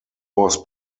was